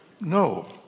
No